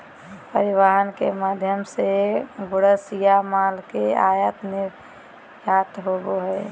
परिवहन के माध्यम से गुड्स या माल के आयात निर्यात होबो हय